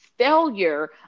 failure